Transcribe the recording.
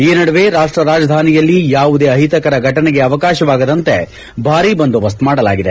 ಈ ನಡುವೆ ರಾಷ್ಲ ರಾಜಧಾನಿಯಲ್ಲಿ ಯಾವುದೇ ಅಹಿತಕರ ಫಟನೆಗೆ ಅವಕಾಶವಾಗದಂತೆ ಭಾರೀ ಬಂದೋಬಸ್ತ್ ಮಾಡಲಾಗಿದೆ